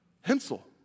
Hensel